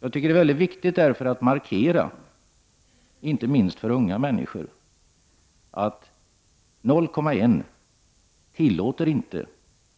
Jag tycker att det är mycket viktigt att markera, inte minst för unga människor, att 0,1 tillåter inte